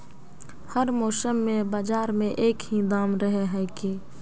हर मौसम में बाजार में एक ही दाम रहे है की?